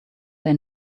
they